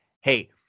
Hey